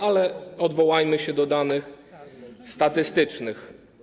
Ale odwołajmy się do danych statystycznych.